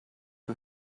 you